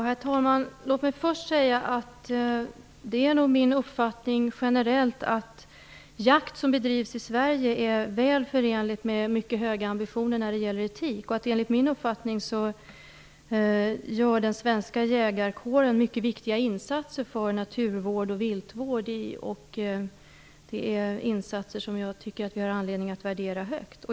Herr talman! Låt mig först säga att det nog är min uppfattning generellt att jakt som bedrivs i Sverige är väl förenlig med mycket höga ambitioner när det gäller etik. Enligt min uppfattning gör den svenska jägarkåren mycket viktiga insatser för naturvård och viltvård. Det är insatser som jag tycker att vi har anledning att värdera högt.